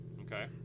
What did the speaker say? Okay